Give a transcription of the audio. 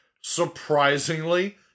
surprisingly